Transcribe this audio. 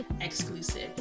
exclusive